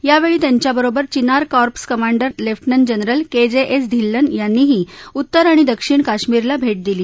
यावेळी त्यांच्याबरोबर Chinar corps commander lieutenant general K J S Dhillon यांनीही उत्तर आणि दक्षिण काश्मिरला भेट दिली